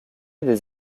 des